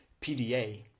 PDA